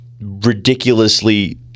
ridiculously